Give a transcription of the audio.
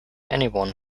anyone